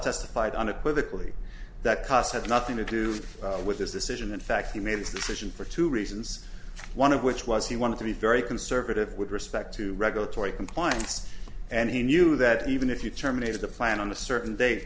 testified on equivocally that cost had nothing to do with this decision in fact he made this decision for two reasons one of which was he wanted to be very conservative with respect to regulatory compliance and he knew that even if you terminated the plan on a certain da